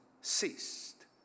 ceased